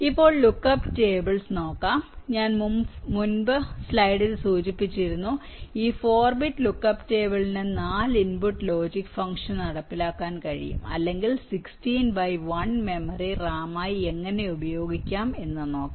ഇപ്പോൾ look up tables നോക്കാം ഞാൻ മുൻ സ്ലൈഡിൽ സൂചിപ്പിച്ചിരുന്നു ഈ 4 ബിറ്റ് ലുക്ക്അപ്പ് ടേബിളിന് 4 ഇൻപുട്ട് ലോജിക് ഫംഗ്ഷൻ നടപ്പിലാക്കാൻ കഴിയും അല്ലെങ്കിൽ 16 ബൈ 1 മെമ്മറി റാം ആയി എങ്ങനെ ഉപയോഗിക്കാം എന്ന് നോക്കാം